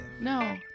No